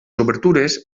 obertures